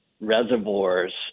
reservoirs